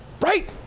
right